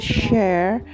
share